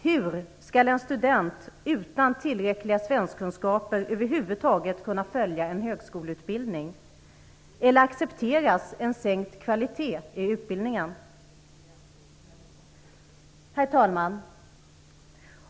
Hur skall en student utan tillräckliga svenskkunskaper över huvud taget kunna följa en högskoleutbildning, eller accepteras en sänkt kvalitet i utbildningen? Herr talman!